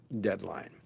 deadline